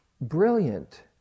brilliant